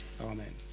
Amen